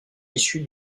issu